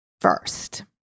first